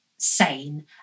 Sane